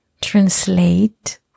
translate